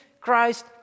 Christ